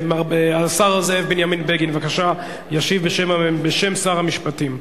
השר זאב בנימין בגין, בבקשה, ישיב בשם שר המשפטים.